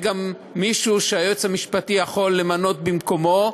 גם מישהו שהיועץ המשפטי יכול למנות במקומו,